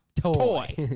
Toy